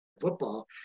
football